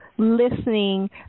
Listening